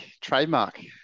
trademark